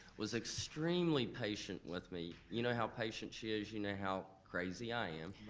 was extremely patient with me. you know how patient she is, you know how crazy i am.